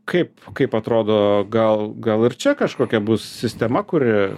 kaip kaip atrodo gal gal ir čia kažkokia bus sistema kuri